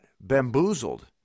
Bamboozled